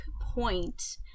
point